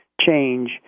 change